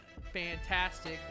fantastic